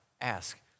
ask